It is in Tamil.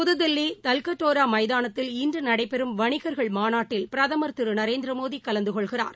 புதுதில்லி தல்கட்டோரா மைதானத்தில் இன்று நடைபெறும் வணிகர்கள் மாநாட்டில் பிரதமர் திரு நரேந்திர மோடி கலந்துகொள்கிறார்